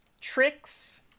Tricks